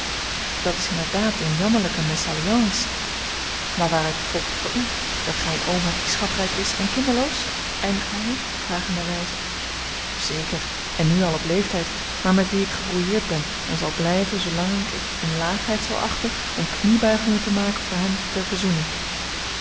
dat is inderdaad eene jammerlijke mésalliance maar waaruit volgt voor u dat gij een oom hebt die schatrijk is en kinderloos eindigde hij vragenderwijze zeker en nu al op leeftijd maar met wien ik gebrouilleerd ben en zal blijven zoolang ik het eene laagheid zal achten om kniebuigingen te maken voor hem ter verzoening